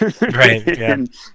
Right